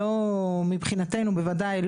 מבחינתנו בוודאי,